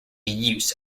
use